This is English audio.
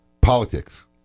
politics